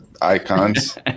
icons